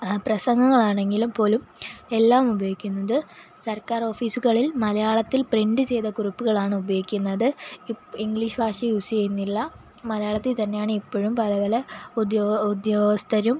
പ്രസംഗങ്ങളാണെങ്കിൽ പോലും എല്ലാമുപയോഗിക്കുന്നത് സർക്കാർ ഓഫീസുകളിൽ മലയാളത്തിൽ പ്രിൻ്റ് ചെയ്ത കുറിപ്പുകളാണ് ഉപയോഗിക്കുന്നത് ഇംഗ്ലീഷ് ഭാഷ യൂസ് ചെയ്യുന്നില്ല മലയാളത്തിൽ തന്നെയാണിപ്പോഴും പല പല ഉദ്യോഗസ്ഥരും